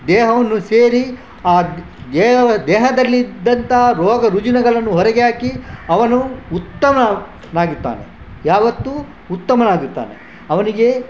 ದೇಹವನ್ನು ಸೇರಿ ಆ ದೇವ ದೇಹದಲ್ಲಿದ್ದಂಥ ರೋಗ ರುಜಿನಗಳನ್ನು ಹೊರಗೆ ಹಾಕಿ ಅವನು ಉತ್ತಮನಾಗುತ್ತಾನೆ ಯಾವತ್ತೂ ಉತ್ತಮನಾಗುತ್ತಾನೆ ಅವನಿಗೆ